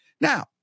Now